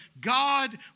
God